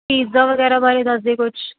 pizza ਵਗੈਰਾ ਬਾਰੇ ਦੱਸਦੇ ਕੁਛ